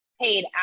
paid